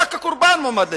רק הקורבן מועמד לדין,